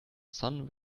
sun